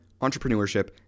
entrepreneurship